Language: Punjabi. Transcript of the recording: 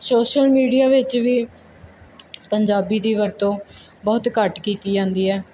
ਸੋਸ਼ਲ ਮੀਡੀਆ ਵਿੱਚ ਵੀ ਪੰਜਾਬੀ ਦੀ ਵਰਤੋਂ ਬਹੁਤ ਘੱਟ ਕੀਤੀ ਜਾਂਦੀ ਐ